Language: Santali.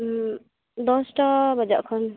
ᱩᱸ ᱫᱚᱥᱴᱟ ᱵᱟᱡᱟᱜ ᱠᱷᱚᱱ